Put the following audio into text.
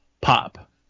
pop